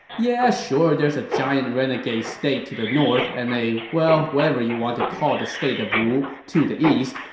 yeah sure there's a giant renegade state to the north and a, well, whatever you want to call the state of wu to the east,